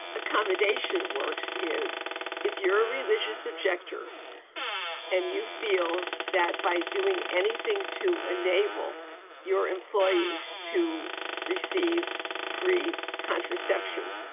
accommodation works is if you're a religious objector and you feel that by doing anything to enable your employees to receive free contraception,